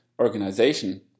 organization